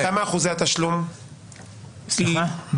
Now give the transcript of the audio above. שנייה,